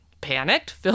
Panicked